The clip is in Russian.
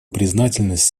признательность